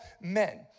men